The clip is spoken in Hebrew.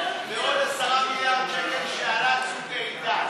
ועוד 10 מיליארד שקל שעלה "צוק איתן".